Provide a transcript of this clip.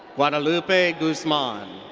guadalupe guzman.